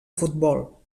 futbol